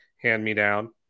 hand-me-down